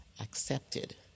accepted